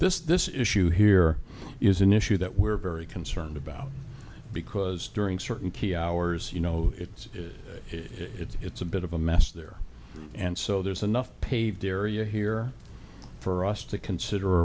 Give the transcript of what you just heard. this this issue here is an issue that we're very concerned about because during certain key hours you know it is it's it's a bit of a mess there and so there's enough paved area here for us to consider